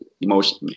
emotion